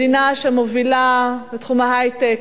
מדינה שמובילה בתחום ההיי-טק,